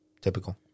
Typical